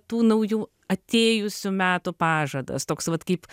tų naujų atėjusių metų pažadas toks vat kaip